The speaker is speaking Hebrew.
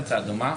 זו הצעה דומה?